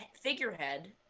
figurehead